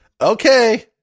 okay